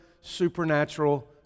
supernatural